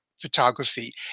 Photography